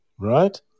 right